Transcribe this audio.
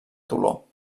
toló